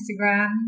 Instagram